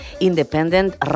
Independent